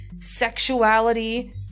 sexuality